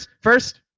First